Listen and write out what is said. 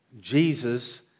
Jesus